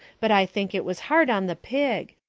but i think it was hard on the pig.